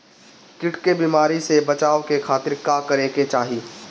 कीट के बीमारी से बचाव के खातिर का करे के चाही?